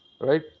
right